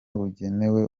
bugenewe